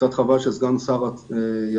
קצת חבל שסגן השר יצא,